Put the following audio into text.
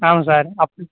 ஆமாம் சார் அப்படி